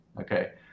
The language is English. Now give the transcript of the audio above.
Okay